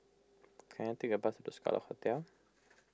can I take a bus to Scarlet Hotel